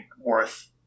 worth